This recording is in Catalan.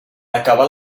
acabar